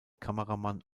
kameramann